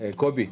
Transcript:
קובי,